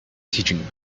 teaching